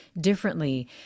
differently